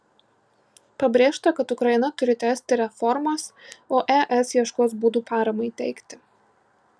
pabrėžta kad ukraina turi tęsti reformas o es ieškos būdų paramai teikti